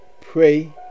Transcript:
pray